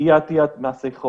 אי עטית מסכות,